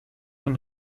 con